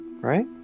right